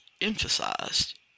emphasized